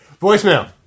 voicemail